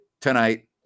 tonight